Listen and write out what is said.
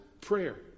prayer